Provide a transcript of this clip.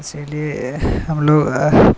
इसीलिए हमलोग